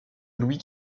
louis